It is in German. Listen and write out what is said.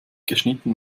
geschnitten